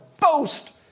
boast